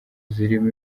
zirimo